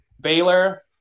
Baylor